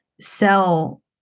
sell